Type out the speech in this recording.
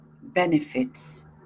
benefits